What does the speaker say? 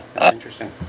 interesting